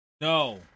no